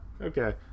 okay